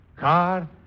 car